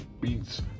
Beats